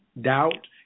doubt